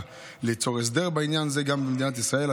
ליצור הסדר בעניין זה גם במדינת ישראל.